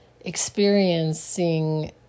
experiencing